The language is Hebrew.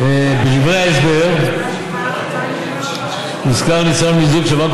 בדברי ההסבר הוזכר ניסיון המיזוג של בנק